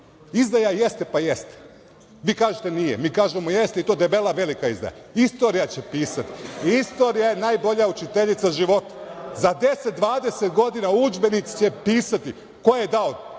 izdaja jeste, pa jeste. Vi kažete nije, mi kažemo jeste i to debela, velika izdaja. Istorija će pisati, istorija je najbolja učiteljica života, za deset, dvadeset godina udžbenici će pisati ko je dao